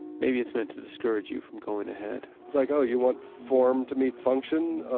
maybe it's meant to discourage you from going ahead. it's like, oh you want form to meet function?